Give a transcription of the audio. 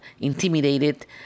intimidated